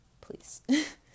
Please